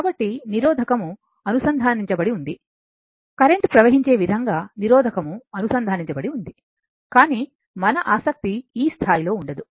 కాబట్టి నిరోధకము అనుసంధానించబడి ఉంది కరెంట్ ప్రవహించే విధంగా నిరోధకము అనుసంధానించబడి ఉంది కానీ మన ఆసక్తి ఈ స్థాయిలో ఉండదు